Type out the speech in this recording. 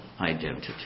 identity